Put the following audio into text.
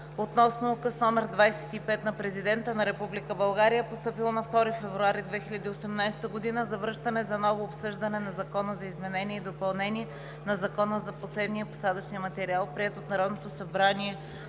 относно Указ № 25 на Президента на Република България, постъпил на 2 февруари 2018 г. за връщане за ново обсъждане на Закона за изменение и допълнение на Закона за посевния и посадъчния материал, приет от Народното събрание